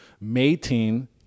mating